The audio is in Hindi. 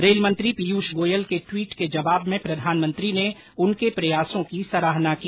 रेल मंत्री पीयुष गोयल के टवीट के जवाब में प्रधानमंत्री ने उनके प्रयासों की सराहना की